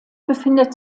befindet